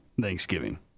Thanksgiving